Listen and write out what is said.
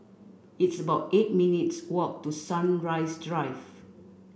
it's about eight minutes' walk to Sunrise Drive